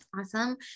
awesome